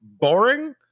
boring